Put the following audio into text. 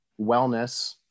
wellness